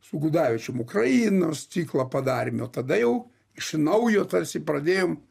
su gudavičium ukrainos ciklą padarėm o tada jau iš naujo tarsi pradėjom